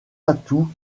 atout